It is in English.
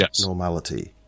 normality